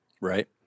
Right